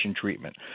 treatment